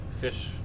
fish